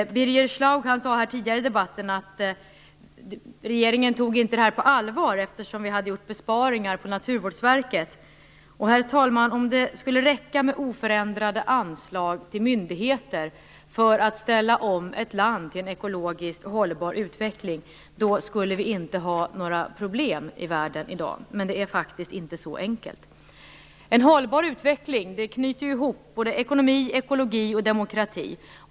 Birger Schlaug sade tidigare i debatten att regeringen inte tog det här på allvar, eftersom vi hade gjort besparingar på Naturvårdsverket. Herr talman! Om det skulle räcka med oförändrade anslag till myndigheter för att ställa om ett land till en ekologiskt hållbar utveckling skulle vi inte ha några problem i världen i dag. Men det är faktiskt inte så enkelt. En hållbar utveckling knyter ihop ekonomi, ekologi och demokrati.